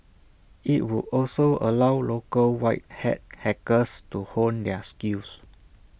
IT would also allow local white hat hackers to hone their skills